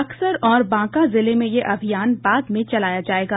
बक्सर और बांका जिले में ये अमियान बाद में चलाया जाएगा